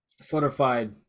solidified